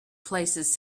places